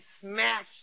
smash